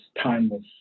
timeless